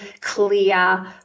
clear